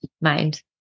mind